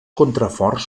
contraforts